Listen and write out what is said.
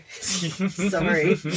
sorry